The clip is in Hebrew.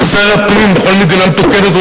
ושר הפנים בכל מדינה מתוקנת,